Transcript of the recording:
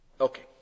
Okay